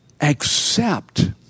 Accept